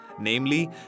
namely